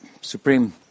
supreme